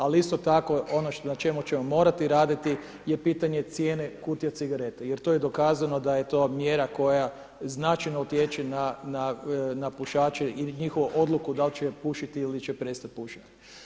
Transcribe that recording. Ali isto tako ono na čemu ćemo morati raditi je pitanje cijene kutije cigareta jer to je dokazano da je to mjera koja značajno utječe na pušaće i na njihovu odluku da li će pušiti ili će prestati pušiti.